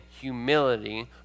humility